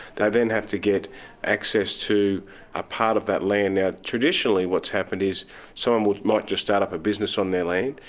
they then have to get access to a part of that land. now, traditionally what's happened is so um someone might just start up a business on their land.